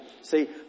See